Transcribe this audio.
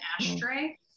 ashtray